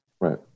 Right